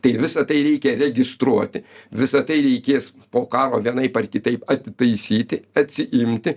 tai visa tai reikia registruoti visa tai reikės po karo vienaip ar kitaip atitaisyti atsiimti